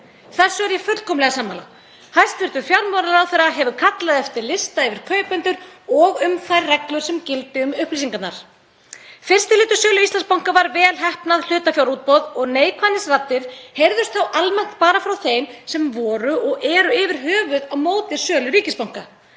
Þessu er ég fullkomlega sammála. Hæstv. fjármálaráðherra hefur kallað eftir lista yfir kaupendur og um þær reglur sem gilda um upplýsingarnar. Fyrsti hluti sölu Íslandsbanka var vel heppnað hlutafjárútboð og neikvæðar raddir heyrðust þá almennt bara frá þeim sem voru og eru yfir höfuð á móti sölu ríkisbanka.